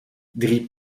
drie